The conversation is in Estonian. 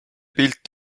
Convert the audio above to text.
pilt